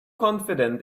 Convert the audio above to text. confident